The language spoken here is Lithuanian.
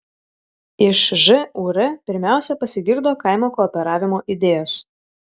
iš žūr pirmiausia pasigirdo kaimo kooperavimo idėjos